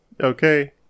okay